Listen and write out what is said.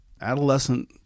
adolescent